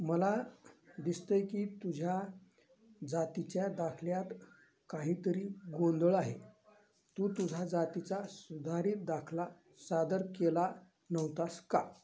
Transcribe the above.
मला दिसतं आहे की तुझ्या जातीच्या दाखल्यात काहीतरी गोंधळ आहे तू तुझा जातीचा सुधारित दाखला सादर केला नव्हतास का